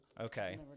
Okay